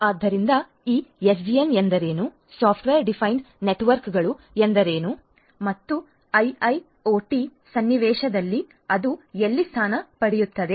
ಆದ್ದರಿಂದ ಈ ಎಸ್ಡಿಎನ್ ಎಂದರೇನು ಸಾಫ್ಟ್ವೇರ್ ಡಿಫೈನ್ಡ್ ನೆಟ್ವರ್ಕ್ಗಳು ಎಂದರೇನು ಮತ್ತು ಐಐಒಟಿ ಸನ್ನಿವೇಶದಲ್ಲಿ ಅದು ಎಲ್ಲಿ ಸ್ಥಾನ ಪಡೆಯುತ್ತದೆ